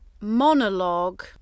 monologue